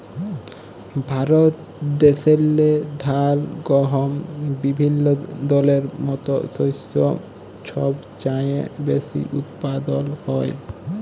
ভারত দ্যাশেল্লে ধাল, গহম বিভিল্য দলের মত শস্য ছব চাঁয়ে বেশি উৎপাদল হ্যয়